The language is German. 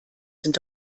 sind